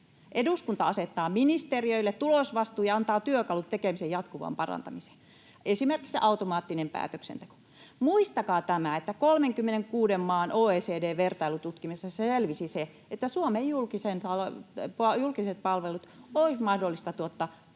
Eduskunta asettaa ministeriöille tulosvastuun ja antaa työkalut tekemisen jatkuvaan parantamiseen. Esimerkiksi automaattinen päätöksenteko. Muistakaa tämä, että 36 maan OECD-vertailututkimuksessa selvisi se, että Suomen julkiset palvelut olisi mahdollista tuottaa